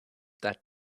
that